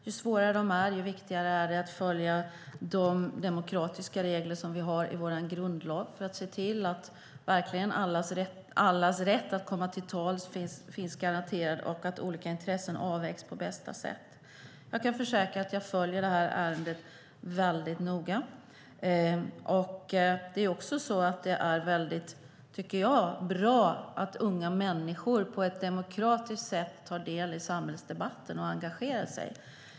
Ju svårare de är, desto viktigare är det att följa de demokratiska regler som vi har i vår grundlag för att se till att allas rätt att komma till tals finns garanterad och att olika intressen avvägs på bästa sätt. Jag kan försäkra att jag följer det här ärendet noga. Jag tycker också att det är väldigt bra att unga människor på ett demokratiskt sätt deltar i samhällsdebatten och engagerar sig.